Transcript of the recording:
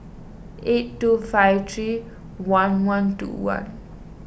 eight two five three one one two one